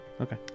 Okay